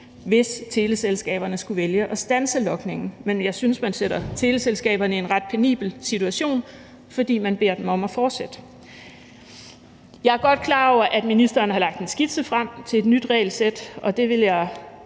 hvis teleselskaberne skulle vælge at standse logningen. Men jeg synes, at man sætter teleselskaberne i en ret penibel situation, fordi man beder dem om at fortsætte. Jeg er godt klar over, at ministeren har lagt en skitse frem til et nyt regelsæt, og det vil jeg